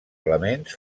elements